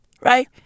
right